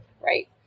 right